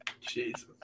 Jesus